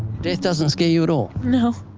death doesn't scare you at all? no.